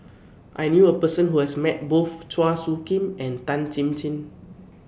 I knew A Person Who has Met Both Chua Soo Khim and Tan Chin Chin